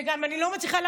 וגם אני לא מצליחה,